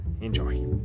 Enjoy